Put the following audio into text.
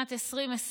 שנת 2023,